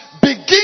begin